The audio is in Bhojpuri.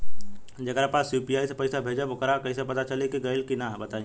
जेकरा पास यू.पी.आई से पईसा भेजब वोकरा कईसे पता चली कि गइल की ना बताई?